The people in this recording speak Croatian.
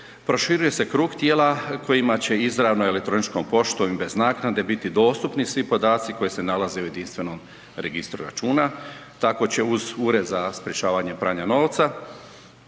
Proširuje se krug tijela kojima će izravno elektroničkom poštom i bez naknade biti dostupni svi podaci koji se nalaze u jedinstvenom registru računa. Tako će uz Ured za sprječavanje pranja novca